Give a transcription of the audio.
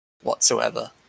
whatsoever